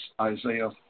Isaiah